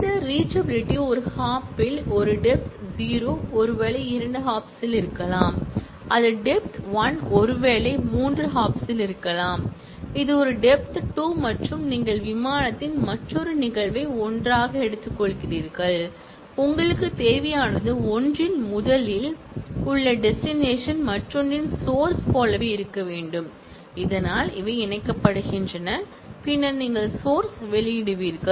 இந்த ரீச்சபிலிட்டி ஒரு ஹாப்பில் ஒரு டெப்த் 0 ஒருவேளை 2 ஹாப்ஸில் இருக்கலாம் அது டெப்த் 1 ஒருவேளை 3 ஹாப்ஸில் இருக்கலாம் இது ஒரு டெப்த் 2 மற்றும் நீங்கள் விமானத்தின் மற்றொரு நிகழ்வை 1 ஆக எடுத்துக்கொள்கிறீர்கள் உங்களுக்கு தேவையானது ஒன்றில் முதலில் உள்ள டெஸ்டினேஷன் மற்றொன்றின் சோர்ஸ் போலவே இருக்க வேண்டும் இதனால் அவை இணைக்கப்படுகின்றன பின்னர் நீங்கள் சோர்ஸ் வெளியிடுவீர்கள்